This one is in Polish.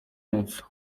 móc